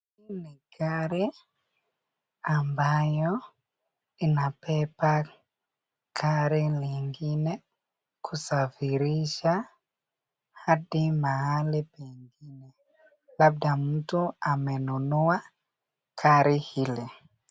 Hii ni gari ambayo imapepa gari lingine kusafirisha hadi mahali pengine labda mtu amenunua gari hili.